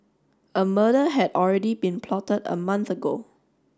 a murder had already been plotted a month ago